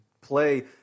play